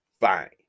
Fine